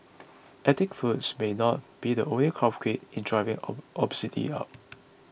ethnic foods may not be the only culprit in driving obesity up